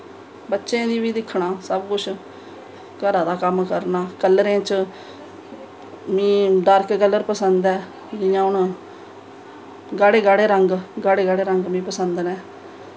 बच्चें ई बी दिक्खनां सब कुछ घरा दा कम्म करना कलरें च मीं डार्क कलर पसंद ऐ जि'यां हून गाड़े गाड़े गाड़े गाड़े रंग मिगी पसंद न